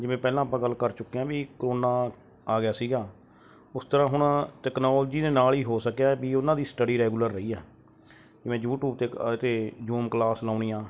ਜਿਵੇਂ ਪਹਿਲਾਂ ਆਪਾਂ ਗੱਲ ਕਰ ਚੁੱਕੇ ਆ ਵੀ ਕਰੋਨਾ ਆ ਗਿਆ ਸੀ ਉਸ ਤਰ੍ਹਾਂ ਹੁਣ ਟੈਕਨੋਲਜੀ ਦੇ ਨਾਲ ਹੀ ਹੋ ਸਕਿਆ ਵੀ ਉਹਨਾਂ ਦੀ ਸਟਡੀ ਰੈਗੂਲਰ ਰਹੀ ਆ ਜਿਵੇਂ ਯੂਟੀਊਬ ਤੇ ਜੂਮ ਕਲਾਸ ਲਾਉਣੀ ਆ